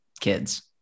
kids